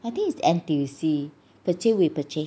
I think is N_T_U_C purchase with purchase